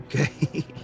Okay